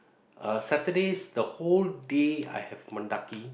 uh Saturdays the whole day I have Mendaki